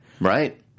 Right